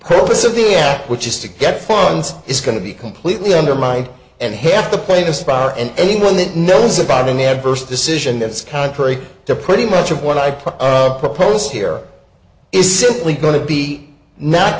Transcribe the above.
purpose of the act which is to get funds is going to be completely undermined and half the plate aspire and anyone that knows about any adverse decision that's contrary to pretty much of what i put proposed here is simply going to be not